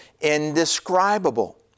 indescribable